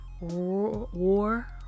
War